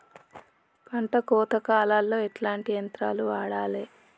పంట కోత కాలాల్లో ఎట్లాంటి యంత్రాలు వాడాలే?